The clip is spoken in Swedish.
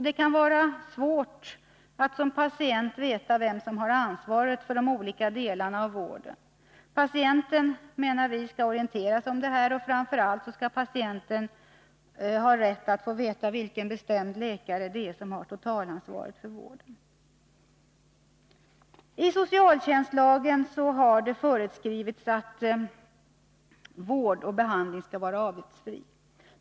Det kan vara svårt att som patient veta vem som har ansvaret för de olika delarna av vården. Patienten skall, menar vi, orienteras om detta, och framför allt skall patienten ha rätt att få veta vilken läkare det är som har totalansvaret för vården. I socialförslagen har det föreskrivits att vård och behandling skall vara avgiftsfri.